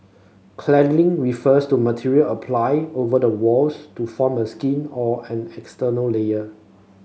cladding refers to material applied over the walls to form a skin or an external layer